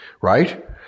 right